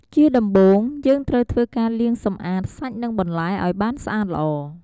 ជាដំបូងយើងត្រូវធ្វើការលាងសម្អាតសាច់និងបន្លែឲ្យបានស្អាតល្អ។